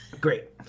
great